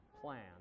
plan